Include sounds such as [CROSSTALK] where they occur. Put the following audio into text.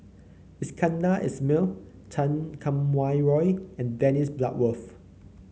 Iskandar Ismail Chan Kum Wah Roy and Dennis [NOISE] Bloodworth